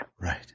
Right